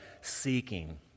seeking